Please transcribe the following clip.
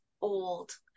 old